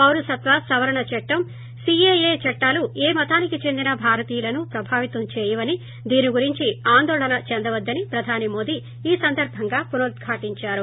పౌరసత్వ సవరణ చట్లం సీఏఏ చట్లాలు ఏ మతానికి చెందిన భారతీయులను ప్రభావితం చేయవని దీని గురించి ఆందోళన చెందవద్దని ప్రధాని మోదీ ఈ సందర్బంగా పునరుద్ఘాటించారు